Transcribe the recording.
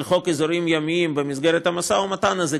חוק אזורים ימיים במסגרת המשא ומתן הזה,